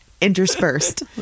interspersed